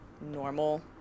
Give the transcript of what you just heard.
normal